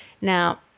Now